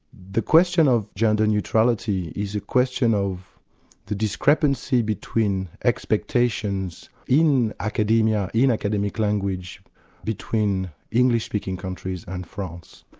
the question of gender neutrality is a question of the discrepancy between expectations in academia, in academic language between english-speaking countries and france.